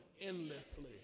endlessly